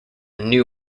new